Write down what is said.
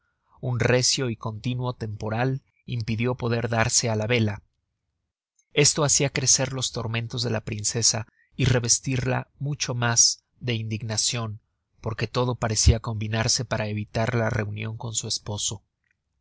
un recio y continuo temporal impidió poder darse á la vela esto hacia crecer los tormentos de la princesa y revestirla mucho mas de indignacion porque todo parecia combinarse para evitar la reunion con su esposo